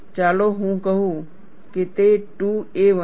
ચાલો હું કહું કે તે 2a1 છે